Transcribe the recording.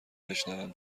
بشنوم